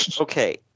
Okay